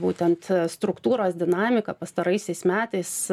būtent struktūros dinamiką pastaraisiais metais